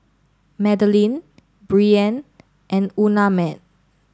Madelene Breanne and Unnamed